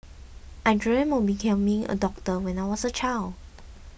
I dreamt of becoming a doctor when I was a child